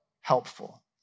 helpful